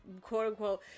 quote-unquote